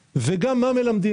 אחד טופל לא עד הסוף,